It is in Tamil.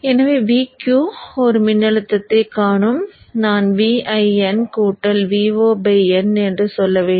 எனவே Vq ஒரு மின்னழுத்தத்தைக் காணும் நான் Vin Vo n என்று சொல்ல வேண்டும்